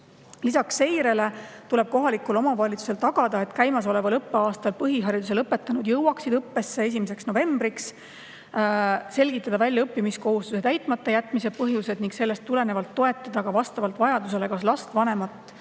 Lisaks seirele tuleb kohalikul omavalitsusel tagada, et käimasoleval õppeaastal põhihariduse lõpetanud jõuaksid õppesse 1. novembriks; selgitada välja õppimiskohustuse täitmata jätmise põhjused ning sellest tulenevalt toetada ka vastavalt vajadusele kas last, vanemat